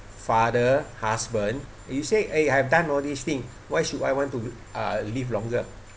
father husband you say !hey! I've done all these thing why should I want to uh live longer